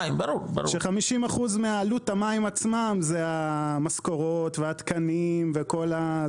ש-50% מעלות המים עצמה זה המשכורות והתקנים וכל ה...